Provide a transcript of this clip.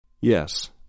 Yes